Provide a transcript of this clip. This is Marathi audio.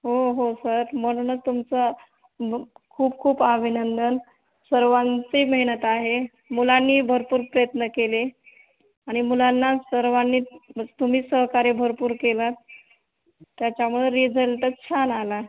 हो हो सर म्हणूनच तुमचं ब् खूप खूप अविनंदन सर्वांची मेहनत आहे मुलांनीही भरपूर प्रयत्न केले आणि मुलांना सर्वांनी ब् तुम्ही सहकार्य भरपूर केलंत त्याच्यामुळं रीझल्ट छान आला